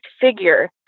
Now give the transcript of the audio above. figure